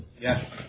Yes